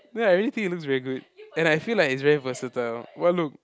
ya I really think it looks very good and I feel like it's very versatile what look